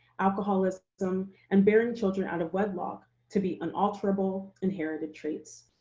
alcoholism, and bearing children out of wedlock, to be unalterable inherited traits.